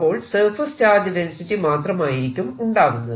അപ്പോൾ surface charge density മാത്രമായിരിക്കും ഉണ്ടാവുന്നത്